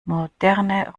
moderne